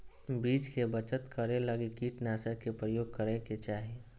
बीज के बचत करै लगी कीटनाशक के प्रयोग करै के चाही